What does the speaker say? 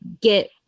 get